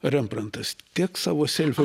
rembrantas tiek savo seifių